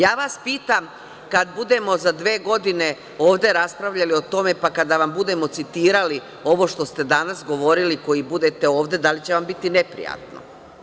Ja vas pitam, kad budemo za dve godine ovde raspravljali o tome i kada vam budemo citirali ono što ste danas govorili, koji budete ovde, da li će vam biti neprijatno?